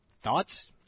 Thoughts